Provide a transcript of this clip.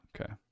Okay